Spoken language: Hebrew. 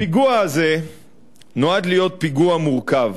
הפיגוע הזה נועד להיות פיגוע מורכב,